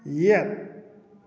ꯌꯦꯠ